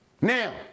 Now